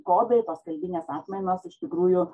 kodai tos kalbinės atmainos iš tikrųjų